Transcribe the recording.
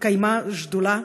התקיימה שדולה,